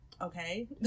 Okay